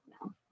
No